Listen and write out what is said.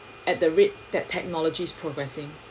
at the rate that technologies progressing